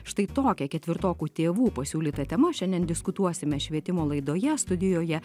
štai tokia ketvirtokų tėvų pasiūlyta tema šiandien diskutuosime švietimo laidoje studijoje